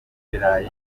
ibirayi